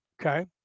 Okay